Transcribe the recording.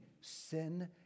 sin